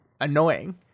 annoying